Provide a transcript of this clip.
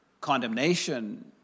condemnation